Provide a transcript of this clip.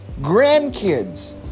grandkids